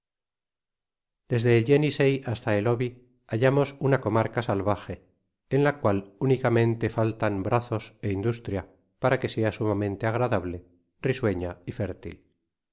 desde el jenissei hasta el oby hallamos una eomarca salvaje en la cual únicamente faltan brazos é industria para que sea sumamente agradable risueña y fértil